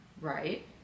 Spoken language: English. Right